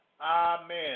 Amen